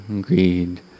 greed